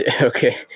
Okay